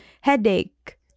headache